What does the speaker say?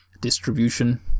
distribution